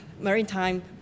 Maritime